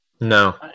No